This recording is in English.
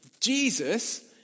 Jesus